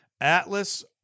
Atlas